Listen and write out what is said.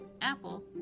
Apple